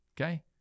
okay